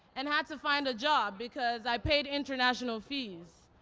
and had to find a job because i paid international fees.